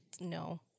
No